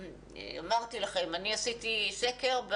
אמרתי לכם, אני עשיתי סקר.